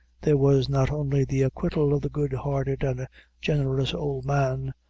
there was not only the acquittal of the good-hearted and generous old man,